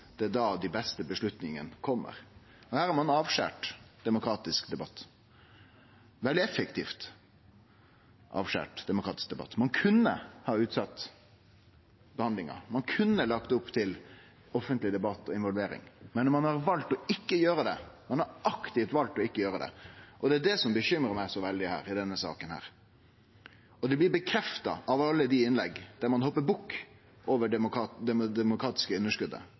det er da dei beste avgjerdene kjem. Her har ein avskore demokratisk debatt – veldig effektivt avskore ein demokratisk debatt. Ein kunne ha utsett behandlinga, ein kunne lagt opp til offentlig debatt og involvering. Men ein har valt å ikkje gjere det – ein har aktivt valt å ikkje gjere det – og det er det som bekymrar meg så veldig i denne saka. Det blir bekrefta av alle dei innlegga der ein hoppar bukk over det demokratiske underskotet